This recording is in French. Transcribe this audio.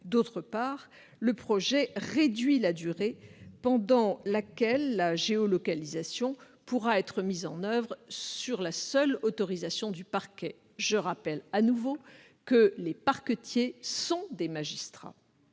ailleurs, le projet réduit la durée pendant laquelle la géolocalisation pourra être mise en oeuvre sur la seule autorisation du parquet. Je le rappelle, les parquetiers sont des magistrats,